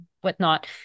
whatnot